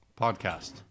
podcast